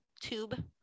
tube